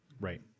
Right